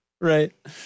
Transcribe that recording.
Right